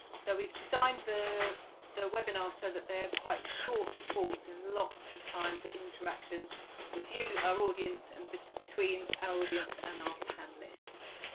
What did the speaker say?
so we have designed the the webinar so that they are quite short talks, and lots of time for interaction with you, our audience, and but between our audience and our panellists.